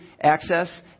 Access